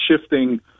shifting